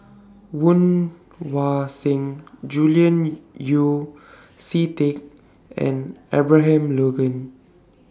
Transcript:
Woon Wah Siang Julian Yeo See Teck and Abraham Logan